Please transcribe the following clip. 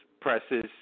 presses